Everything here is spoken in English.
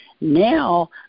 now